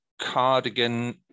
Cardigan